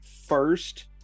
first